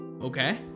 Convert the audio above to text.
Okay